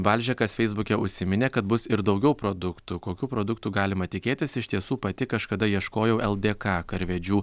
balžekas feisbuke užsiminė kad bus ir daugiau produktų kokių produktų galima tikėtis iš tiesų pati kažkada ieškojau ldk karvedžių